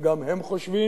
גם הם חושבים